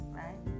right